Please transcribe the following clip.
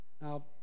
Now